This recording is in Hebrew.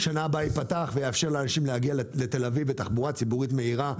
שנה הבאה ייפתח ויאפשר לאנשים להגיע לתל אביב בתחבורה ציבורית מהירה.